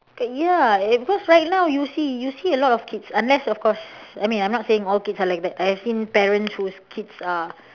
ya eh because right now you see you see a lot of kids unless of course I mean I'm not saying all kids are like that I have seen parents whose kids are